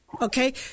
Okay